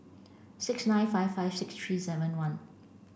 six nine five five six three seven one